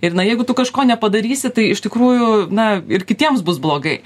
ir na jeigu tu kažko nepadarysi tai iš tikrųjų na ir kitiems bus blogai